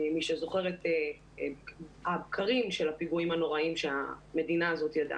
מי שזוכר את הבקרים של הפיגועים הנוראיים שהמדינה הזאת ידעה.